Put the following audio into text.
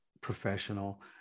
professional